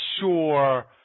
sure